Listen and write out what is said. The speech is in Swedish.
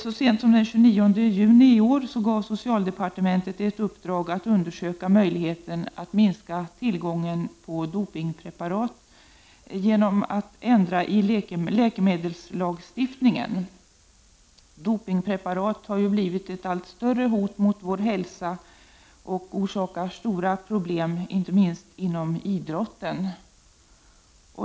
Så sent som den 29 juni i år gav socialdepartementet en utredning i uppdrag att undersöka möjligheten att minska tillgången på dopingpreparat genom att ändra läkemedelslagstiftningen. Dopingpreparaten har blivit ett allt större hot mot vår hälsa, och de orsakar stora problem, inte minst inom idrotten.